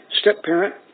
step-parent